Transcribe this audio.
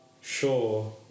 sure